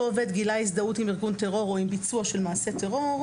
עובד גילה הזדהות עם ארגון טרור או עם ביצוע של מעשה טרור,